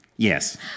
Yes